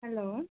hello